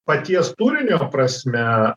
paties turinio prasme